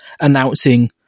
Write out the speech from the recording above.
announcing